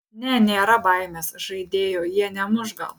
ne nėra baimės žaidėjų jie nemuš gal